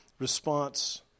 response